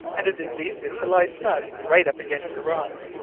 and it is easy to lie snug right up against the rocks?